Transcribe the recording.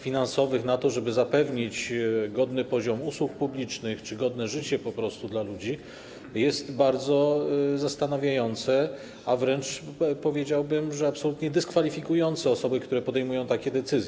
finansowych na to, żeby zapewnić godny poziom usług publicznych czy po prostu godne życie ludzi, jest bardzo zastanawiające, a wręcz, powiedziałbym, absolutnie dyskwalifikujące osoby, które podejmują takie decyzje.